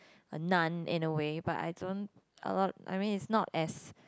a nun in a way but I don't alot I mean is not as